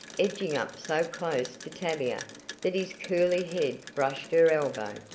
edging up so close to tavia that his curly head brushed her elbow.